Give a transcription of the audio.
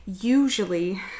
usually